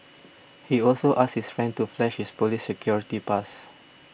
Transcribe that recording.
he also asked his friend to flash his police security pass